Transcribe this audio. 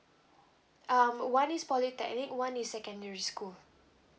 um one is polytechnic one is secondary school